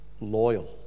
loyal